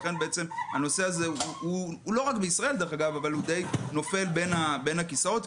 לכן הנושא הזה דיי נופל בין הכיסאות,